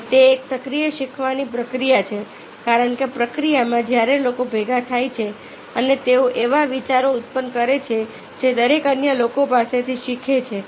અને તે એક સક્રિય શીખવાની પ્રક્રિયા છે કારણ કે પ્રક્રિયામાં જ્યારે લોકો ભેગા થાય છે અને તેઓ એવા વિચારો ઉત્પન્ન કરે છે જે દરેક અન્ય લોકો પાસેથી શીખે છે